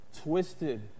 twisted